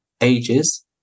ages